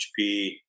HP